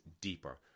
deeper